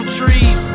trees